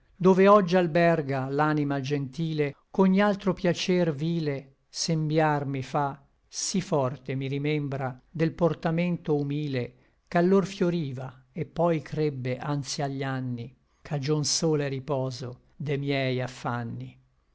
dove oggi alberga l'anima gentile ch'ogni altro piacer vile sembiar mi fa sí forte mi rimembra del portamento humile ch'allor fioriva et poi crebbe anzi agli anni cagion sola et riposo de miei affanni